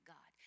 God